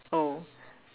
oh